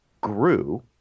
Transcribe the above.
grew